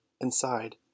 inside